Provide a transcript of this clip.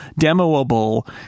demoable